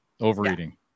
Overeating